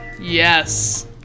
Yes